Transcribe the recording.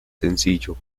sencillo